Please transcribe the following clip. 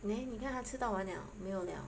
nah 你看他吃到完了没有了